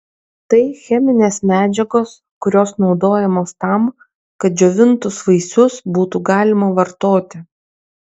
tai cheminės medžiagos kurios naudojamos tam kad džiovintus vaisius būtų galima vartoti